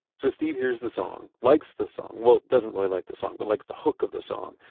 so steve hears the song, likes the song, well, doesn't really like the song but likes the hook of the song.